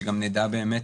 שגם נדע באמת